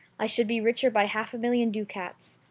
i should be richer by half a million ducats.